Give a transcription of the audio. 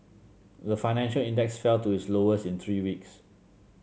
the financial index fell to its lowest in three weeks